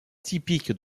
typiques